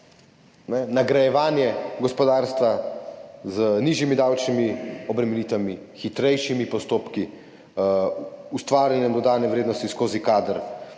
nagrajevanje gospodarstva z nižjimi davčnimi obremenitvami, hitrejšimi postopki, ustvarjanjem dodane vrednosti skozi kader,